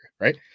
right